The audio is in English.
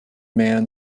man